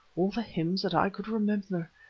all the hymns that i could remember.